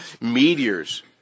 meteors